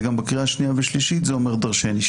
בקריאה השנייה והשלישית זה אומר דרשני.